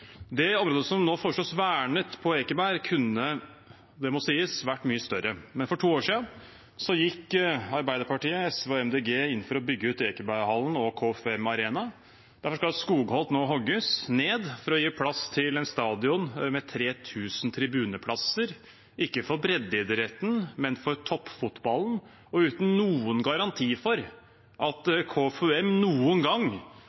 Det området som nå foreslås vernet på Ekeberg, kunne vært mye større, det må sies. Men for to år siden gikk Arbeiderpartiet, SV og Miljøpartiet De Grønne inn for å bygge ut Ekeberghallen og KFUM Arena. Derfor skal skogholt nå hogges ned for å gi plass til en stadion med 3 000 tribuneplasser – ikke for breddeidretten, men for toppfotballen, og uten noen garanti for at KFUM noen gang